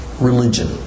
religion